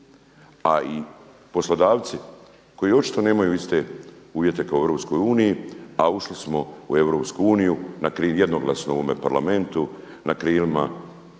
A i poslodavci koji očito nemaju iste uvjete kao u EU, a ušli smo u EU … u ovome Parlamentu na krilima da